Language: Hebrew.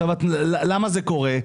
למה זה קורה?